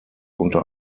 unter